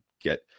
get